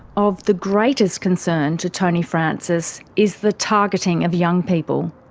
of the greatest concern to tony francis is the targeting of young people.